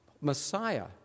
Messiah